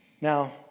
Now